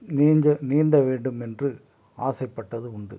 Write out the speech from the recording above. நீந்த நீந்த வேண்டும் என்று ஆசைப்பட்டது உண்டு